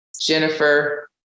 Jennifer